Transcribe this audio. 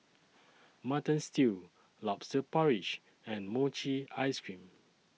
Mutton Stew Lobster Porridge and Mochi Ice Cream